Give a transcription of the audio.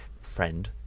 friend